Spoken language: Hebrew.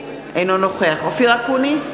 אינו נוכח אופיר אקוניס,